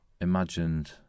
imagined